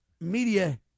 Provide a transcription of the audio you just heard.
media